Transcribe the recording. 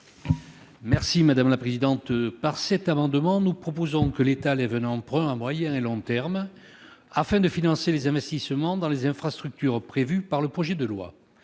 Bérit-Débat. Au travers de cet amendement, nous proposons que l'État lève un emprunt à moyen et long terme afin de financer les investissements dans les infrastructures prévus par le projet de loi.